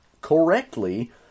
correctly